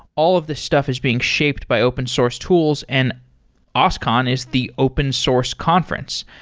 all of these stuff is being shaped by open source tools, and oscon is the open source conference.